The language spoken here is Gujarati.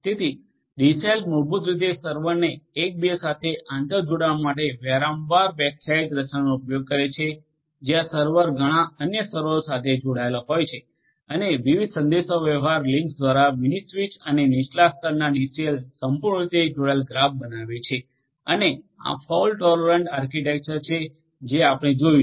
તેથી ડીસેલ મૂળભૂત રીતે સર્વરને એકબીજા સાથે આંતરજોડાણ માટે વારંવાર વ્યાખ્યાયિત રચનાનો ઉપયોગ કરે છે જ્યાં સર્વર ઘણાં અન્ય સર્વરો સાથે જોડાયેલ હોય છે અને વિવિધ સંદેશાવ્યવહાર લિંક્સ દ્વારા મિનિ સ્વીચ અને નીચલા સ્તરના ડીસેલ સંપૂર્ણ રીતે જોડાયેલ ગ્રાફ બનાવે છે અને આ ફોલ્ટ ટોલરન્ટ આર્કિટેક્ચર છે કે આપણે જોયું છે